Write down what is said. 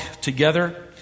together